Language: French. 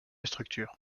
structure